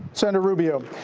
senator rubio,